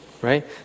right